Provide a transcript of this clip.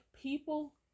people